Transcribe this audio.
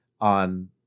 on